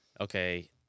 okay